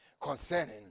concerning